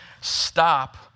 stop